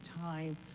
time